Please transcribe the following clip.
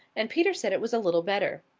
and peter said it was a little better.